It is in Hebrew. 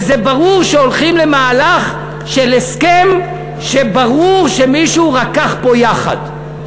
וזה ברור שהולכים למהלך של הסכם שברור שמישהו רקח פה יחד.